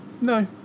No